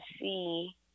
see